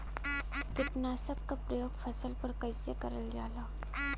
कीटनाशक क प्रयोग फसल पर कइसे करल जाला?